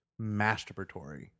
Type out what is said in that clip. masturbatory